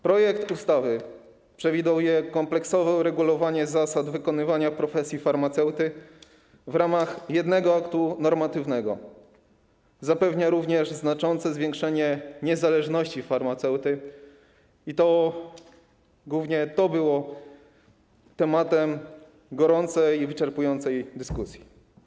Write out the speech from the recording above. Projekt ustawy przewiduje kompleksowe uregulowanie zasad wykonywania profesji farmaceuty w ramach jednego aktu normatywnego, zapewnia również znaczące zwiększenie niezależności farmaceuty - i głównie to było tematem gorącej i wyczerpującej dyskusji.